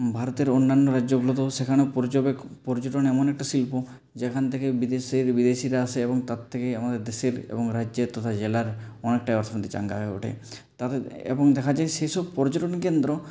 ভারতের অন্যান্য রাজ্যগুলোতেও সেখানেও পর্যবেক্ষ পর্যটন এমন একটা শিল্প যেখান থেকে বিদেশের বিদেশিরা আসে এবং তার থেকেই আমাদের দেশের এবং রাজ্যের তথা জেলার অনেকটা অর্থনীতি চাঙ্গা হয়ে ওঠে তাতে এবং দেখা যায় সেসব পর্যটন কেন্দ্র